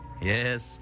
Yes